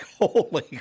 holy